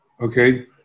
okay